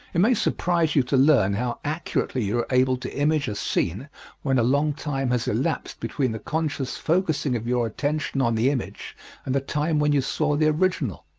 it may surprise you to learn how accurately you are able to image a scene when a long time has elapsed between the conscious focussing of your attention on the image and the time when you saw the original.